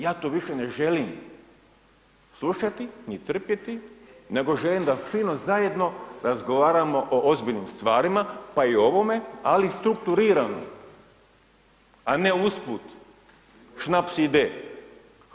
Ja to više ne želim slušati ni trpjeti nego želim da fino zajedno razgovaramo o ozbiljnim stvarima pa i o ovome ali strukturirano a ne usput ... Hvala lijepo.